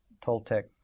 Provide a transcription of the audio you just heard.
Toltec